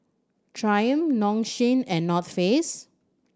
Triumph Nong Shim and Not Face